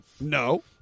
No